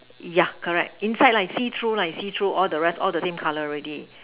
yeah correct inside lah you see through lah you see through all the rest all the same color already